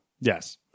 Yes